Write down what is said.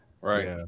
Right